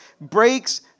breaks